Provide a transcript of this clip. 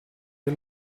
dei